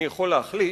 אני יכול להחליף,